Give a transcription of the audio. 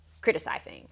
criticizing